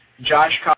Josh